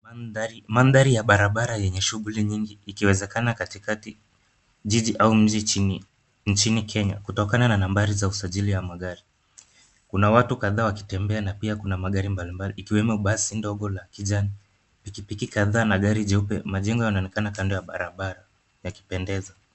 Mandhari ya barabara yenye shughuli nyingi ikiwezekana katikati, jiji au mji nchini Kenya kutokana na nambari za usajili za magari. Kuna watu kadhaa wakitembea na pia kuna magari mbalimbali ikiwemo basi ndogo la kijani, pikipiki kadhaa na gari jeupe. Majengo yanaonekana kando ya barabara yakipendeza.